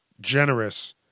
generous